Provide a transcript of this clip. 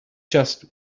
just